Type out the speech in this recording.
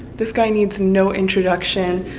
this guy needs no introduction.